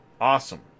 Awesome